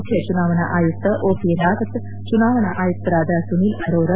ಮುಖ್ಯ ಚುನಾವಣಾ ಆಯುಕ್ತ ಓ ಪಿ ರಾವತ್ ಚುನಾವಣಾ ಆಯುಕ್ತರಾದ ಸುನಿಲ್ ಅರೋರ